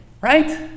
right